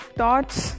thoughts